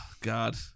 God